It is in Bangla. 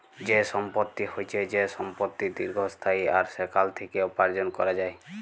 যে সম্পত্তি হচ্যে যে সম্পত্তি দীর্ঘস্থায়ী আর সেখাল থেক্যে উপার্জন ক্যরা যায়